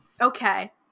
Okay